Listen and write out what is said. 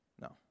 No